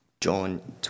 John